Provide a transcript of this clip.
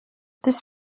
this